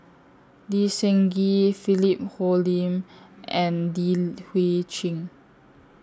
Lee Seng Gee Philip Hoalim and Li Hui Cheng